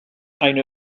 eine